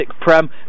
Prem